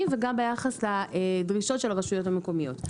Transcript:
וגם ביחס לדרישות של הרשויות המקומיות.